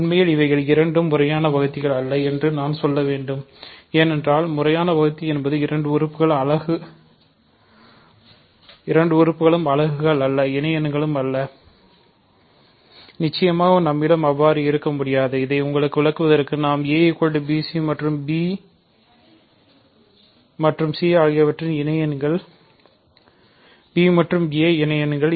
உண்மையில் அவைகள் இரண்டும் முறையான வகுத்திகள் அல்ல என்று நான் சொல்ல வேண்டும் ஏனென்றால் முறையான வகுத்தி என்பது இரண்டு உறுப்புகளும் அலகுகள் அல்ல இணைஎண்கள் அல்ல நிச்சயமாக நம்மிடம் அவ்வாறு இருக்க முடியாது இதை உங்களுக்கு விளக்குவதற்கு நாம் a bc மற்றும் b மற்றும் c ஆகியவை இணைஎண்கள் b மற்றும் a இணைஎண்கள்